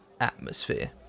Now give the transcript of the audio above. atmosphere